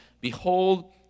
Behold